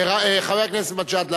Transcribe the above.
חבר הכנסת מג'אדלה,